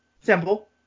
simple